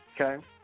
Okay